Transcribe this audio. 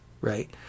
right